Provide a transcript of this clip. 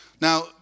Now